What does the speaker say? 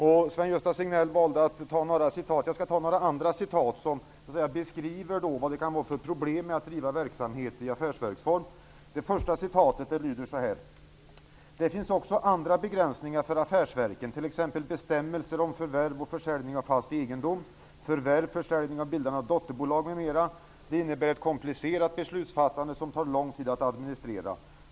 Sven-Gösta Signell valde att anföra några citat. Jag skall anföra några andra citat som beskriver problemen med att driva verksamheten i affärsverksform. Det första citatet lyder: ''Det finns också andra begränsningar för affärsverken, t.ex. bestämmelser om förvärv och försäljning av fast egendom, förvärv, försäljning och bildandet av dotterbolag m.m. Det innebär ett komplicerat beslutsfattande som tar lång tid att administrera.